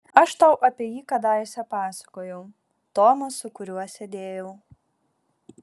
aš tau apie jį kadaise pasakojau tomas su kuriuo sėdėjau